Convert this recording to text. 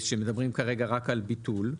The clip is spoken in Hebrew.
שמדברים כרגע רק על ביטול,